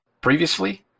previously